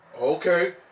Okay